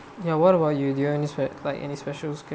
ya what about you do you have like any special skill